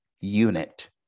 unit